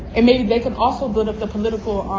and maybe they can also build up the political.